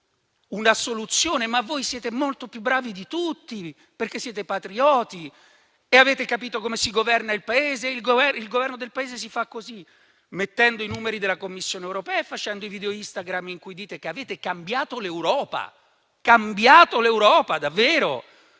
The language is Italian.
ingenuità, ma voi siete molto più bravi di tutti perché siete patrioti e avete capito come si governa il Paese: il Governo del Paese si fa così, mettendo i numeri della Commissione europea, facendo i video Instagram in cui dite che avete cambiato l'Europa. Davvero,